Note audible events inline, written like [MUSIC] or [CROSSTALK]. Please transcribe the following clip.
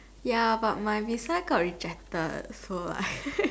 ya but my visa got rejected so I [LAUGHS]